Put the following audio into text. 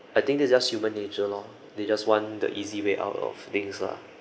I think this is just human nature lor they just want the easy way out of things lah